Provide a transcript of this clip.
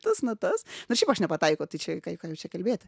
tas natas nu ir šiaip aš nepataikau tai čia ką jau čia kalbėti